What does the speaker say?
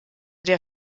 der